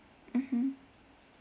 mmhmm